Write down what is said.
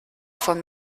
von